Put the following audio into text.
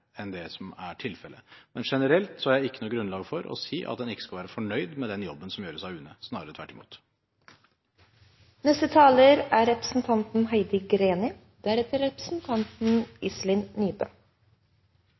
enn det som er tilfellet. Men generelt har jeg ikke noe grunnlag for å si at en ikke skal være fornøyd med den jobben som gjøres av UNE – snarere tvert imot.